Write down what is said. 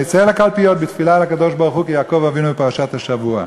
נצא לקלפיות בתפילה לקדוש-ברוך-הוא כיעקב אבינו בפרשת השבוע: